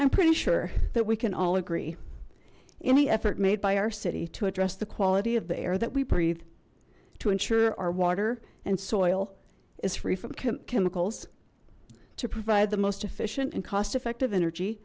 i'm pretty sure that we can all agree any effort made by our city to address the quality of the air that we breathe to ensure our water and soil is free from chemicals to provide the most efficient and cost effective energy